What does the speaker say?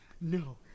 No